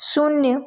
शून्य